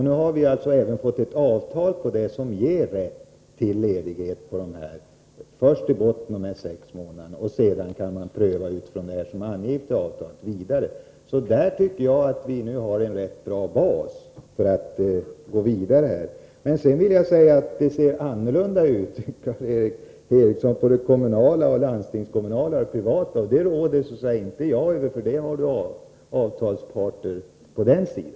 Nu har vi alltså även fått ett avtal som ger rätt till ledighet — först de sex månaderna i botten, och sedan kan man pröva vidare utifrån vad som anges i avtalet. Där tycker jag att vi nu har en rätt bra bas för att gå vidare. Däremot vill jag säga att det ser annorlunda ut på det kommunala och landstingskommunala området, Karl Erik Eriksson. Det råder ju inte jag över, utan det gör avtalsparter på den sidan.